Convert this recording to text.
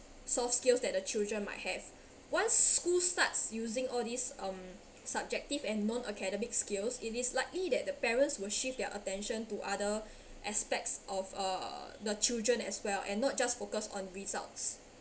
soft skills that the children might have once school starts using all these um subjective and non academic skills it is likely that the parents will shift their attention to other aspects of uh the children as well and not just focus on results